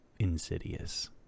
Insidious